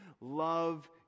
Love